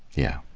yeah.